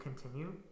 continue